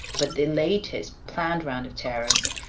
but the latest planned round of tariffs,